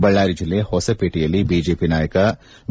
ಬಳ್ಮಾರಿ ಜಿಲ್ಲೆ ಹೊಸಪೇಟೆಯಲ್ಲಿ ಬಿಜೆಪಿ ನಾಯಕ ವಿ